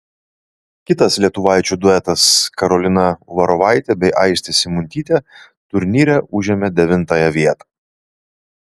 kitas lietuvaičių duetas karolina uvarovaitė bei aistė simuntytė turnyre užėmė devintąją vietą